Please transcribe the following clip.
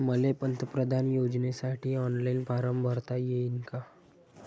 मले पंतप्रधान योजनेसाठी ऑनलाईन फारम भरता येईन का?